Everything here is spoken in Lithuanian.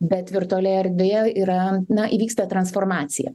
bet virtualioje erdvėje yra na įvyksta transformacija